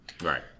Right